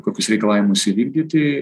kokius reikalavimus įvykdyti